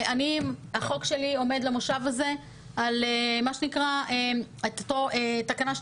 החוק שלי עומד למושב הזה על תקנה 12